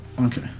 Okay